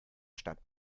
stadt